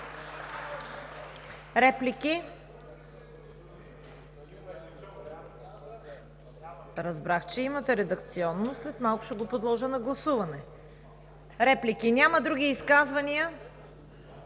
Шопов.) Разбрах, че имате редакционно, след малко ще го подложа на гласуване. Реплики няма. Други изказвания?